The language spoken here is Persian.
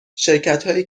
شرکتهایی